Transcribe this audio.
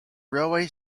railway